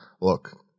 look